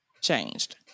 changed